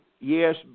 yes